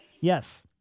Yes